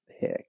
pick